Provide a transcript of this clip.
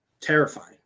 Terrifying